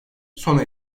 sona